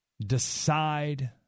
decide